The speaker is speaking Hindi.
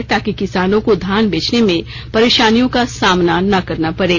ताकि किसानों को धान बेचने में परेशानियों का सामना ना करना पड़े